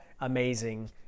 amazing